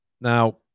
Now